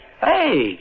Hey